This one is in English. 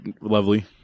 lovely